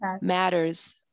matters